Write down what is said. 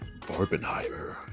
Barbenheimer